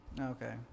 Okay